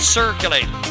circulate